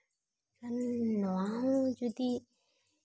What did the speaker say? ᱱᱚᱣᱟ ᱦᱚᱸ ᱡᱩᱫᱤ